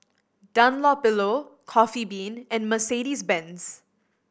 Dunlopillo Coffee Bean and Mercedes Benz